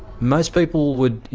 most people would, you